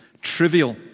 trivial